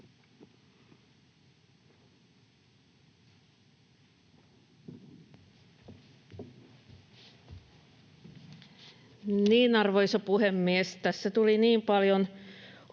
Arvoisa puhemies! Tässä tuli niin paljon